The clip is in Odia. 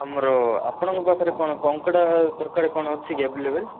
ଆମର ଆପଣଙ୍କ ପାଖରେ କ'ଣ କଙ୍କଡ଼ା ତରକାରୀ କ'ଣ ଅଛି କି ଆଭେଲେବଲ୍